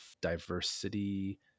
diversity